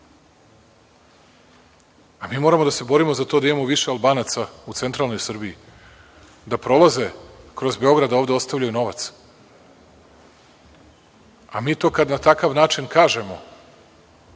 Albancima. Moramo da se borimo za to da imamo više Albanaca u centralnoj Srbiji, da prolaze kroz Beograd, a ovde ostavljaju novac. Kada to na takav način kažemo,